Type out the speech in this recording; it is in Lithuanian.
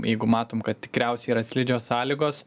jeigu matom kad tikriausiai yra slidžios sąlygos